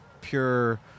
pure